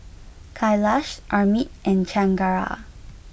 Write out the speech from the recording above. Kailash Amit and Chengara